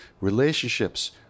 Relationships